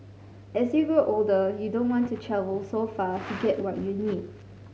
as you grow older you don't want to travel so far to get what you need